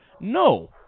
No